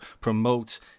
promote